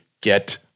get